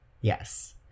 yes